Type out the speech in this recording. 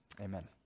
Amen